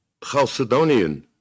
Chalcedonian